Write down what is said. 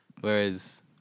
Whereas